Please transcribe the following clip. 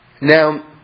Now